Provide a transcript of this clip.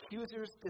accuser's